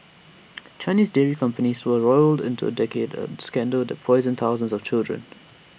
Chinese dairy companies were roiled into A decade A scandal that poisoned thousands of children